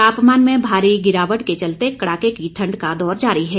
तापमान में भारी गिरावट के चलते कड़ाके की ठण्ड का दौर जारी है